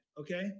Okay